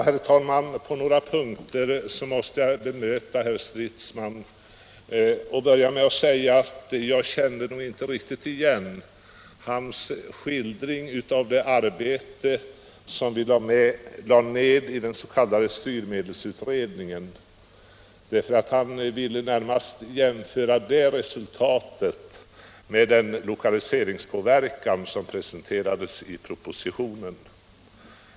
Herr talman! På några punkter måste jag bemöta herr Stridsman. Jag vill börja med att säga att jag inte riktigt känner igen hans skildring av det arbete som vi lade ned i den s.k. styrmedelsutredningen. Herr Stridsman ville närmast jämföra det resultatet med den lokaliserings = Nr 47 påverkan som presenterades i propositionen.